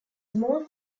small